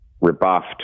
rebuffed